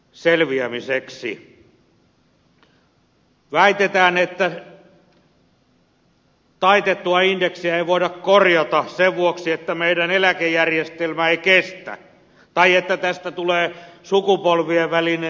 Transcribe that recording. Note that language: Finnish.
väitetään että taitettua indeksiä ei voida korjata sen vuoksi että meidän eläkejärjestelmämme ei kestä tai että tästä tulee sukupolvien välinen konflikti